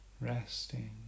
Resting